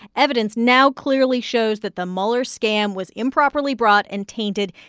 evidence now clearly shows that the mueller scam was improperly brought and tainted.